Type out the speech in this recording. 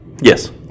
Yes